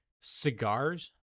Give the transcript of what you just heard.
cigars